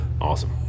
Awesome